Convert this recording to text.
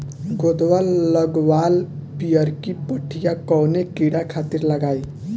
गोदवा लगवाल पियरकि पठिया कवने कीड़ा खातिर लगाई?